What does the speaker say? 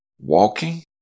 walking